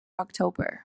october